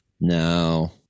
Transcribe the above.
No